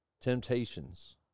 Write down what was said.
temptations